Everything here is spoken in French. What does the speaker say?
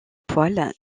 poils